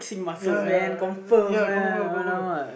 ya ya ya confirm confirm